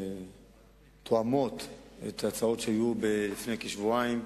תואמות את ההצעות, שהיו לפני כשבועיים,